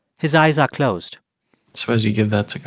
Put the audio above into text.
his eyes are closed so as you give that to god,